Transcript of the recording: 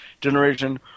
generation